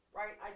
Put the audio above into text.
right